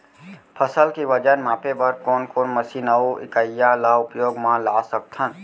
फसल के वजन मापे बर कोन कोन मशीन अऊ इकाइयां ला उपयोग मा ला सकथन?